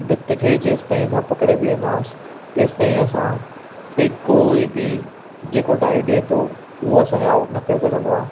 बित खे जेंसि ताईं असां पकिड़े ॿीहंदा हुआसि तेंसि तईं असांखे कोई बि जेको डाई ॾे थो उहो असांखे आउट न करे सघंदो आहे